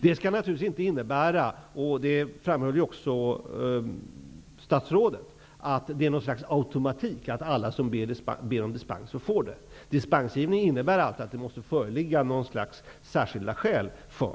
Detta skall naturligtvis inte innebära -- vilket statsrådet också framhöll -- att det blir något slags automatik, dvs. att alla som ber om dispens får det. För att få dispens måste det alltid föreligga särskilda skäl.